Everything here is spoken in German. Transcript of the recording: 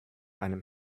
einem